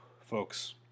folks